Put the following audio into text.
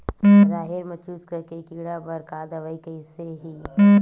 राहेर म चुस्क के कीड़ा बर का दवाई कइसे ही?